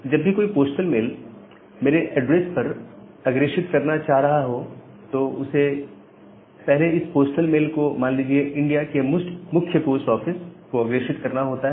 जब भी कोई पोस्टल मेल मेरे एड्रेस पर अग्रेषित करना चाह रहा हो तो उसे पहले इस पोस्टल मेल को मान लीजिए इंडिया के मुख्य पोस्ट ऑफिस को अग्रेषित करना होता है